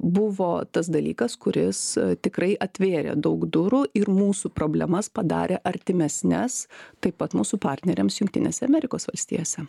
buvo tas dalykas kuris tikrai atvėrė daug durų ir mūsų problemas padarė artimesnes taip pat mūsų partneriams jungtinėse amerikos valstijose